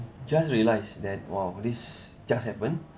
just realized that !wow! this just happened